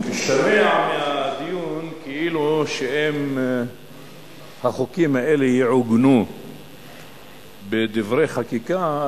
משתמע מהדיון כאילו אם החוקים האלה יעוגנו בדברי חקיקה,